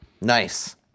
Nice